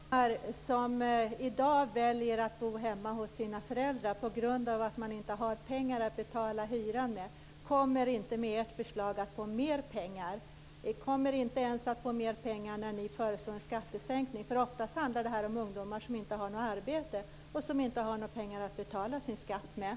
Herr talman! De ungdomar som i dag väljer att bo hemma hos sina föräldrar på grund av att de inte har pengar att betala hyran med kommer inte med ert förslag att få mer pengar. De kommer inte ens att få mer pengar med era föreslagna skattesänkningar, för oftast handlar det här om ungdomar som inte har arbete och som inte har pengar att betala skatt för.